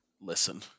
Listen